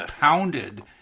pounded